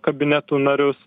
kabinetų narius